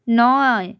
নয়